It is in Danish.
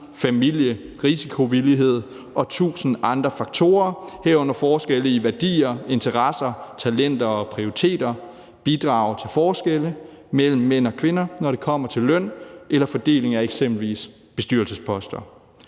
familie, risikovillighed og tusind andre faktorer, herunder forskelle i værdier, interesser, talenter og prioriteter, bidrager til forskelle mellem mænd og kvinder, når det kommer til løn eller fordeling af eksempelvis bestyrelsesposter.